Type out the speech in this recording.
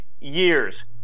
years